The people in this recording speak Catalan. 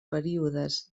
períodes